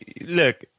Look